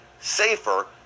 safer